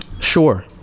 Sure